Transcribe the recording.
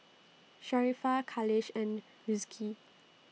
Sharifah Khalish and Rizqi